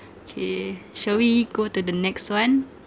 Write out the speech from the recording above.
K shall we go to the next one